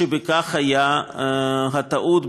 שבכך הייתה הטעות,